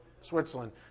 Switzerland